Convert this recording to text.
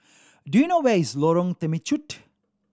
do you know where is Lorong Temechut